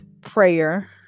prayer